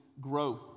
growth